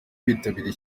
bitabiriye